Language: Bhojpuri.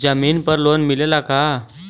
जमीन पर लोन मिलेला का?